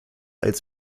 als